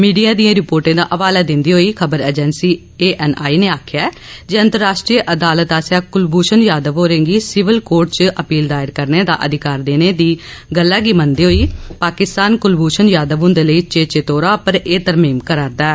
media दिए रिपोर्टे दा हवाला दिंदे होई खबर एजेंसी ए एन आई नै आखेआ ऐ जे अंतर्राश्ट्री अदालत आसेआ कलभूषण जाधव होरें'गी सिविल कोर्ट च अपील दायर करने दा अधिकार देने दी गल्लै गी मन्नदे होई पाकिस्तान कुलभूषण जाधव हुंदे लेई चेचे तौर उप्पर एह तरमीम करा'रदा ऐ